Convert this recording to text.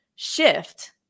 shift